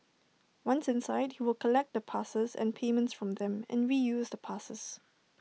once inside he would collect the passes and payments from them and reuse the passes